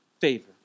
favor